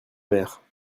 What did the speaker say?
mère